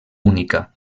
única